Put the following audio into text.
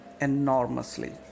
enormously